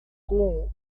com